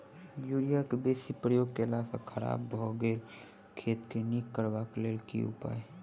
Urea केँ बेसी प्रयोग केला सऽ खराब भऽ गेल खेत केँ नीक करबाक लेल की उपाय?